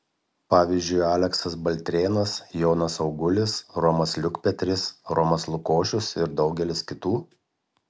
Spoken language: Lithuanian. pavyzdžiui aleksas baltrėnas jonas augulis romas liukpetris romas lukošius ir daugelis kitų